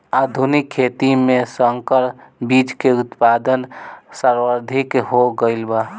आधुनिक खेती में संकर बीज के उत्पादन सर्वाधिक हो गईल बा